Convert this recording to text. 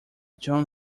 john